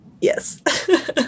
Yes